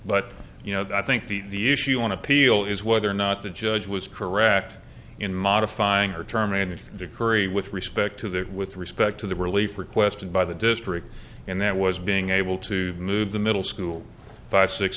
but you know i think the issue you want to appeal is whether or not the judge was correct in modifying her term managed to curry with respect to that with respect to the relief requested by the district and that was being able to move the middle school five six